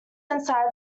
inside